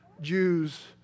Jews